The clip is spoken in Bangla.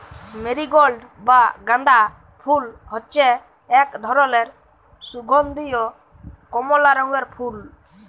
মেরিগল্ড বা গাঁদা ফুল হচ্যে এক ধরলের সুগন্ধীয় কমলা রঙের ফুল